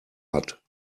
hat